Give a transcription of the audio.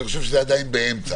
אני חושב שזה עדיין באמצע.